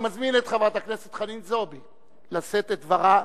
אני מזמין את חברת הכנסת חנין זועבי לשאת את דברה.